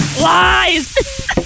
Lies